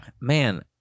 man